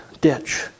ditch